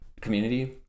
community